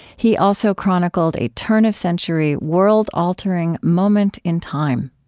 he also chronicled a turn-of-century, world-altering moment in time